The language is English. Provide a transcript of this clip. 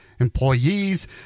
Employees